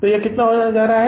तो यह कितना होने जा रहा है